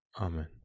Amen